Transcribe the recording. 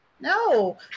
No